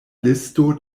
listo